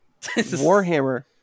Warhammer